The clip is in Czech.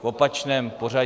V opačném pořadí.